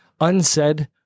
unsaid